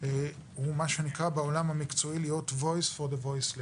הוא מה שנקרא בעולם המקצועי להיות Voice for the Voiceless